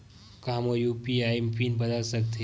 का मोर UPI PIN बदल सकथे?